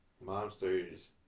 monsters